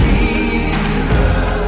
Jesus